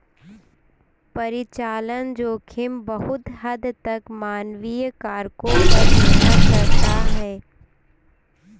परिचालन जोखिम बहुत हद तक मानवीय कारकों पर निर्भर करता है